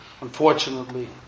Unfortunately